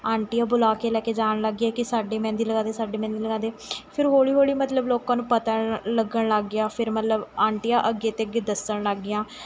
ਆਂਟੀਆਂ ਬੁਲਾ ਕੇ ਲੈ ਕੇ ਜਾਣ ਲੱਗ ਗਈਆਂ ਕਿ ਸਾਡੇ ਮਹਿੰਦੀ ਲਗਾ ਦੇ ਸਾਡੇ ਮਹਿੰਦੀ ਲਗਾ ਦੇ ਫਿਰ ਹੌਲ਼ੀ ਹੌਲ਼ੀ ਮਤਲਬ ਲੋਕਾਂ ਨੂੰ ਪਤਾ ਲ ਲੱਗਣ ਲੱਗ ਗਿਆ ਫਿਰ ਮਤਲਬ ਆਂਟੀਆਂ ਅੱਗੇ ਅਤੇ ਅੱਗੇ ਦੱਸਣ ਲੱਗ ਗਈਆਂ